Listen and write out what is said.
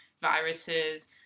viruses